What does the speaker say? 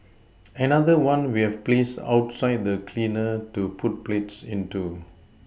another one we have placed outside for the cleaner to put plates into